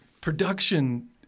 production